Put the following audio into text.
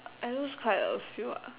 I lose quite a few ah